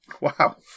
Wow